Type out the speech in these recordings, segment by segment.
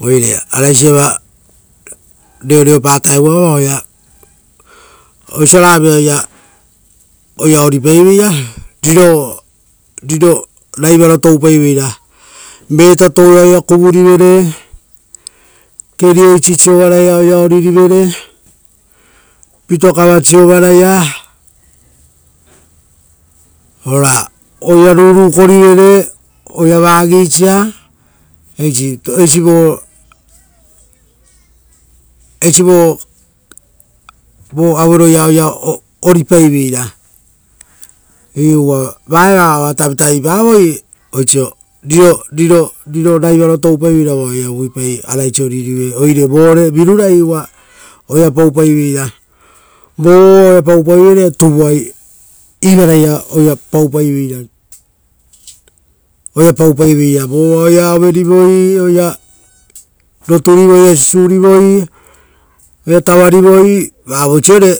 Oire araisi iava reoreopa vuta vaoia. Oisio ragavira osia oira oripaiveira, riro raivaro toupaiveira, vetatouia oira kuvurivere, kerioisi siovaraia oira oririvere pitokava siovaraia ora oira rurukorivere oira vagi sia, eisi. Eisi vo raivaroia oira oripaiveira. Iu uva va eva oa tavitavipavoi, osio riro raiva toupai vaoia oaia uvuipa araisi oriorivere. Oire vore virurai uva oira paupaiveira. Vo uva oira paupaiveira, vo tuvua ivaraia, uva oira paupaiveira vova oira, vo va oira roturivoi, oira sisiurivoi, oira tavarivoi, vavoisiore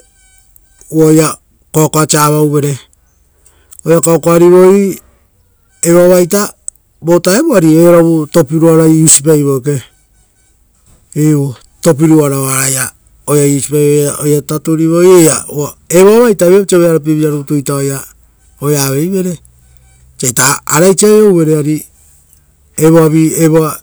uva oira koakoasia avauvere; oira kokoarivoi, evoaita, vovutao ari oearovu topiruara ia tatupae-e-eke. Iu topiruara ia oira tatupaivo. Uva evoavaita viapau oisio vearovira rutu oira taturive, osia araisi aiouvereita voava.